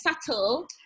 subtle